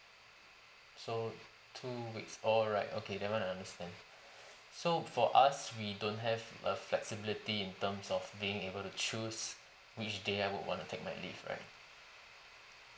so two weeks alright okay that one I understand so for us we don't have a flexibility in terms of being able to choose which day I would want to take my leave right